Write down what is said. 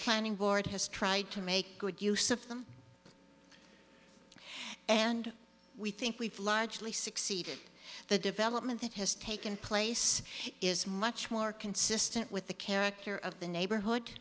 planning board has tried to make good use of them and we think we've largely succeeded the development that has taken place is much more consistent with the character of the neighborhood